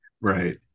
Right